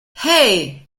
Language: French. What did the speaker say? hey